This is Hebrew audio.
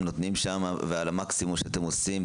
נותנים שם ועל המקסימום שאתם עושים,